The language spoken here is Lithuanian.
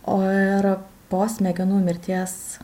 o ir po smegenų mirties